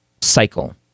cycle